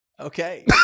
Okay